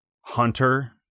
hunter